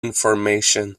information